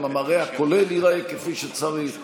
גם המראה הכולל ייראה כפי שצריך.